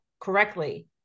correctly